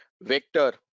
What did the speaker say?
vector